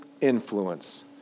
influence